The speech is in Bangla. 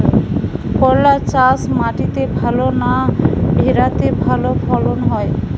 করলা চাষ মাটিতে ভালো না ভেরাতে ভালো ফলন হয়?